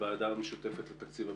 בוועדה המשותפת לתקציב הביטחון.